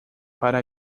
para